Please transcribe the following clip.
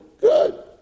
Good